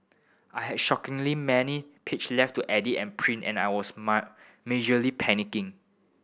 I had shockingly many page left to edit and print and I was mark majorly panicking